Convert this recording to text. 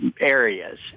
areas